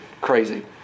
crazy